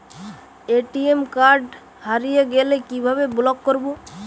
ATM card হারিয়ে গেলে কিভাবে ব্লক করবো?